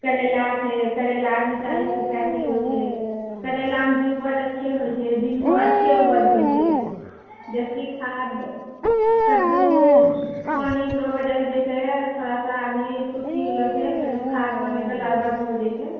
करैला छै करैला भी चालीस रुपआ किलो छै करैलामे भी उपज अच्छे उपज होय छै झींगो अच्छे उपज होय छै जाहिसँ कि खाद्य कद्दू पानि एकरो वजहसँ जे छै थोड़ा सा अभी सुखि गेलो छै फेरो खाद्य पानि देलाके बाद हो जेते